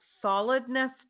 solidness